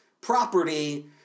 property